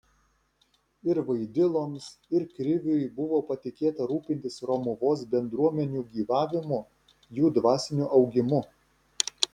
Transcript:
ir vaidiloms ir kriviui buvo patikėta rūpintis romuvos bendruomenių gyvavimu jų dvasiniu augimu